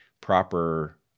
proper